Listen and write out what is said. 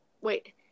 wait